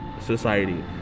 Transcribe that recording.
society